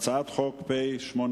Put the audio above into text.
הצעת חוק פ/826,